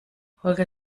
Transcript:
holger